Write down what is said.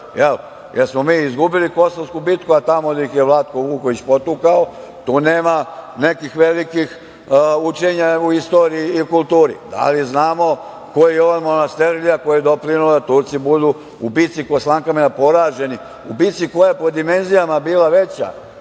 Murat, jer smo mi izgubili Kosovsku bitku, a tamo gde ih je Vlatko Vuković potukao, tu nema nekih velikih učenja o istoriji i kulturi. Da li znamo ko je Jovan Monasterljija koji je doprineo da Turci budu u bitci kod Slankamena poraženi, u bitci koja po dimenzijama bila veća